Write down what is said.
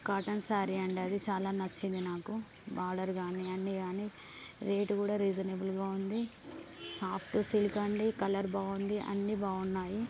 cotton sari అండి అది చాలా నచ్చింది నాకు బార్డర్ కానీ అన్నీ కానీ రేటు కూడా రీజనబుల్గా ఉంది సాఫ్ట్ సిల్క్ అండి కలర్ బాగుంది అన్నీ బాగున్నాయి